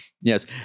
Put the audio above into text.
Yes